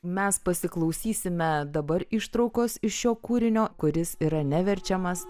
mes pasiklausysime dabar ištraukos iš šio kūrinio kuris yra neverčiamas